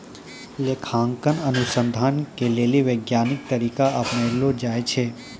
लेखांकन अनुसन्धान के लेली वैज्ञानिक तरीका अपनैलो जाय छै